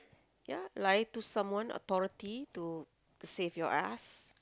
ya lie to someone authority to save your ass